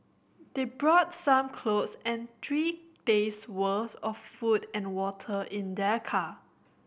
they brought some clothes and three days' worth of food and water in their car